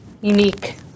unique